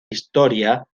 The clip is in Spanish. historia